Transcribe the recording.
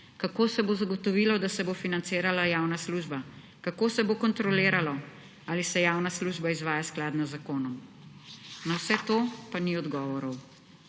Kako se bo zagotovilo, da se bo financirala javna služba? Kako se bo kontroliralo, ali se javna služba izvaja skladno z zakonom? Na vse to pa ni odgovorov.